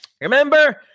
remember